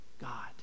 God